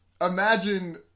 Imagine